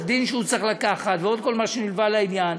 דין שהוא צריך לקחת ועוד כל מה שנלווה לעניין?